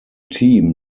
team